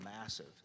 massive